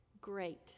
Great